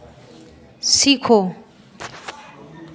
सीखो